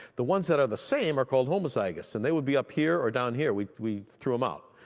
the ones that are the same are called homozygous. and they would be up here or down here, we we threw them out.